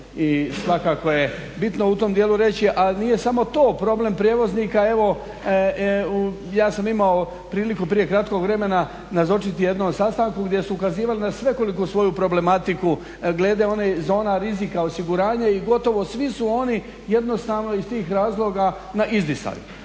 I svakako je bitno u tom dijelu reći, a nije samo to problem prijevoznika. Evo ja sam imao priliku prije kratkog vremena nazočiti jednom sastanku gdje su ukazivali na svekoliku svoju problematiku glede onih zona rizika osiguranje i gotovo svi su oni jednostavno iz tih razloga na izdisaju.